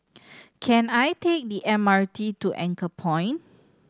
can I take the M R T to Anchorpoint